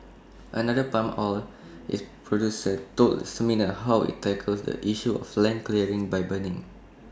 another palm oil is producer told seminar how IT tackles the issue of land clearing by burning